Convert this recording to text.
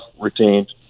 retained